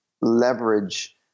leverage